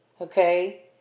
okay